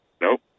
nope